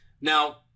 Now